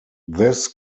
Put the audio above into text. this